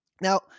Now